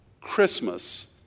Christmas